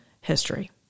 history